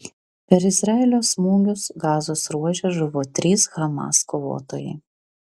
per izraelio smūgius gazos ruože žuvo trys hamas kovotojai